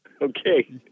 Okay